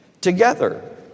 together